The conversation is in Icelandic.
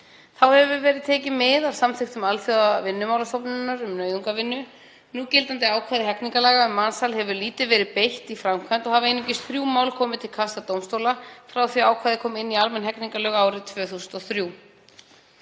Þá hefur verið tekið mið af samþykkt Alþjóðavinnumálastofnunarinnar um nauðungarvinnu. Núgildandi ákvæði hegningarlaga um mansal hefur lítið verið beitt í framkvæmd og hafa einungis þrjú mál komið til kasta dómstóla frá því að ákvæðið kom inn í almenn hegningarlög árið 2003.